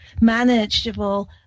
manageable